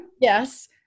Yes